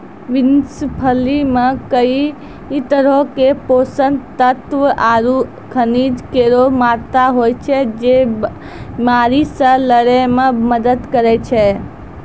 beans फली मे कई तरहो क पोषक तत्व आरु खनिज केरो मात्रा होय छै, जे बीमारी से लड़ै म मदद करै छै